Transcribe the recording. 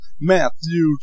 Matthew